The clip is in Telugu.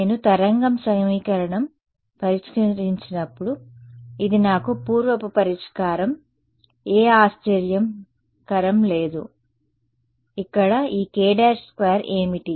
నేను తరంగం సమీకరణం పరిష్కరించినప్పుడు ఇది నాకు పూర్వపు పరిష్కారం ఏ ఆశ్చర్యకరం లేదు ఇక్కడ ఈ k 2 ఏమిటి